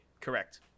correct